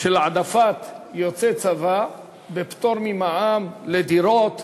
העדפת יוצאי צבא בפטור ממע"מ לדירות,